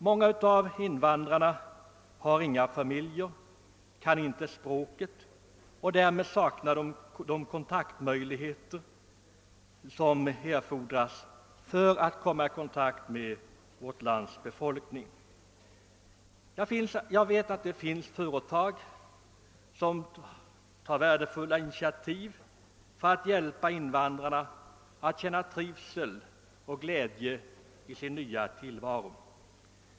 Många av dem har inga familjer och kan inte språket; därmed saknar de möjligheter att komma i kontakt med vårt lands befolkning. Jag vet att det finns företag som tar värdefulla initiativ för att hjälpa invandrarna att känna trivsel och glädje i sin nya tillvaro.